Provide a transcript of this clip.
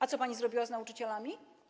A co pani zrobiła z nauczycielami?